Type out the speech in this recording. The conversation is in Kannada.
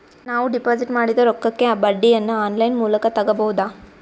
ನಾವು ಡಿಪಾಜಿಟ್ ಮಾಡಿದ ರೊಕ್ಕಕ್ಕೆ ಬಡ್ಡಿಯನ್ನ ಆನ್ ಲೈನ್ ಮೂಲಕ ತಗಬಹುದಾ?